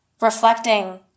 reflecting